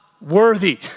worthy